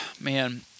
man